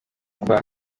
kwa